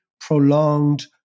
prolonged